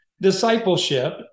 Discipleship